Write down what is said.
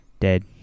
dead